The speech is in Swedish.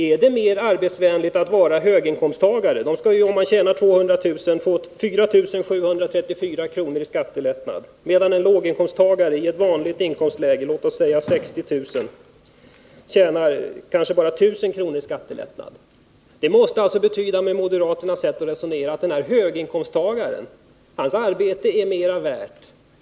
Är det mer arbetsvänligt att vara höginkomsttagare? Om man tjänar 200 000 kr. får man 4 734 kr. i skattelättnad, medan en låginkomsttagare i ett vanligt inkomstläge, låt oss säga 60 000 kr., kanske får bara 1000 kr. i skattelättnad. Det måste enligt moderaternas sätt att resonera betyda att höginkomsttagarens arbete är mer värt.